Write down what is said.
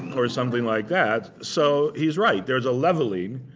or something like that. so he's right. there's a leveling.